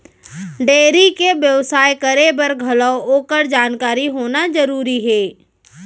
dairy के बेवसाय करे बर घलौ ओकर जानकारी होना जरूरी हे